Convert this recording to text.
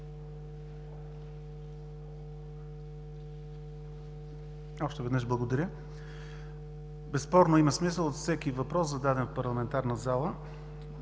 Още веднъж благодаря. Безспорно има смисъл от всеки въпрос, зададен в парламентарната зала.